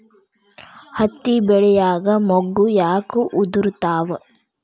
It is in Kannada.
ಹತ್ತಿ ಬೆಳಿಯಾಗ ಮೊಗ್ಗು ಯಾಕ್ ಉದುರುತಾವ್?